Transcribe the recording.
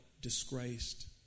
disgraced